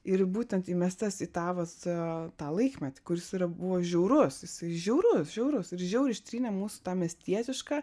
ir būtent įmestas į tą vat tą laikmetį kuris yra buvo žiaurus jisai žiaurus žiaurus ir žiauriai ištrynė mūsų tą miestietišką